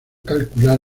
calcular